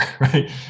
right